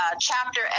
Chapter